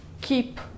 keep